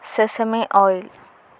sesame oil